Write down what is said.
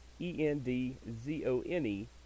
E-N-D-Z-O-N-E